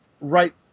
right